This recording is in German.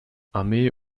armee